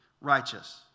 righteous